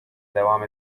devam